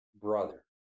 brother